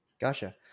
Gotcha